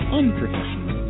unprofessional